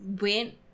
went